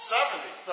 Seventy